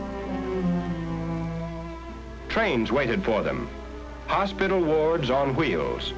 trains waited for them hospital wards on wheels